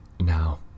Now